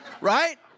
right